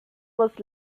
was